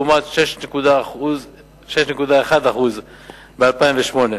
לעומת 6.1% ב-2008.